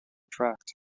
tract